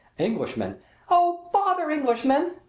englishmen oh, bother englishmen!